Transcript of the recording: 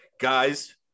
guys